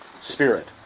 spirit